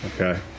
Okay